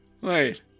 Wait